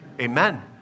Amen